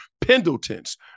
Pendleton's